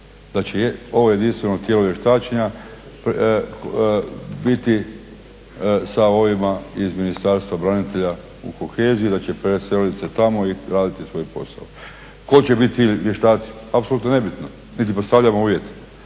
Da će ovo jedinstveno tijelo vještačenja biti sa ovima iz Ministarstva branitelja u koheziji, da će preselit se tamo i radit svoj posao. Tko će biti vještaci, apsolutno nebitno, niti postavljamo uvjete,